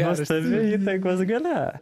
nuostabi įtakos galia